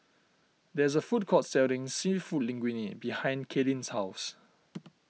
there is a food court selling Seafood Linguine behind Cailyn's house